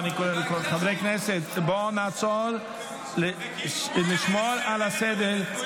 חברי הכנסת, בוא נעצור ונשמור על הסדר.